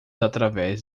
através